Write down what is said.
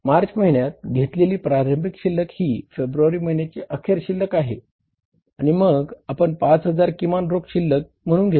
मार्च महिन्यात घेतलेली प्रारंभिक शिल्लक ही फेब्रुवारी महिन्याची अखेर शिल्लक आहे आणि मग आपण 5000 किमान रोख शिल्लक म्हणून घेतली